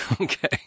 Okay